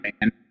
Man